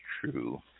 true